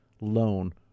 loan